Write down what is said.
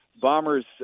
bombers